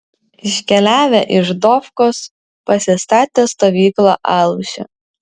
iškeliavę iš dofkos pasistatė stovyklą aluše